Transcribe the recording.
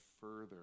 further